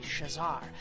Shazar